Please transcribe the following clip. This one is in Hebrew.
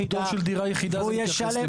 והוא ישלם.